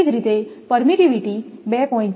તે જ રીતે પરમિટીવીટી 2